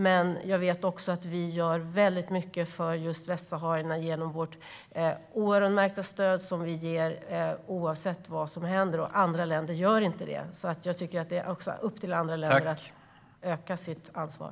Men jag vet att Sverige gör mycket för västsaharierna genom det oöronmärkta stödet som ges oavsett vad som händer. Andra länder gör inte det. Det är också upp till andra länder att visa ökat ansvar.